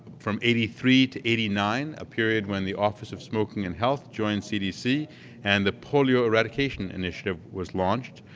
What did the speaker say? from eighty three to eighty nine a period when the office of smoking and health joined cdc and the polio eradication initiative was launched.